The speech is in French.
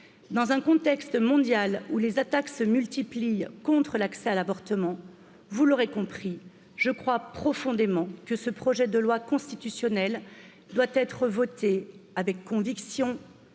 Dans un contexte mondial où les attaques se multiplient contre l'accès à l'avortement, vous l'aurez compris, je crois profondément que ce projet de loi constitutionnelle doit être voté avec conviction.